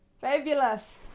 fabulous